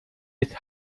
jetzt